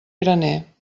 graner